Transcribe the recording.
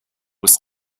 was